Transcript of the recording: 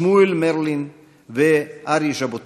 שמואל מרלין וערי ז'בוטינסקי.